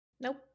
nope